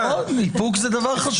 נכון, איפוק זה דבר חשוב.